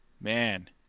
man